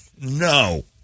No